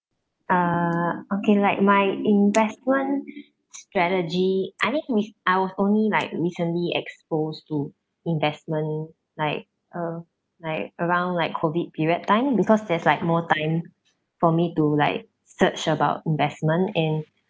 uh okay like my investment strategy I mean it's I was only like recently exposed to investment like uh like around like COVID period time because there's like more time for me to like search about investment and